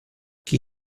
qui